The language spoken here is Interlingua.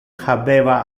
habeva